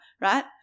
right